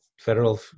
federal